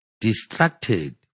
distracted